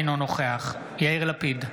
אינו נוכח יאיר לפיד,